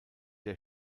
der